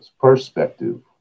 Perspective